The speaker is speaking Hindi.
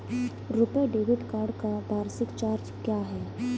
रुपे डेबिट कार्ड का वार्षिक चार्ज क्या है?